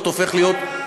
תראה,